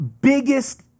biggest